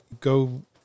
go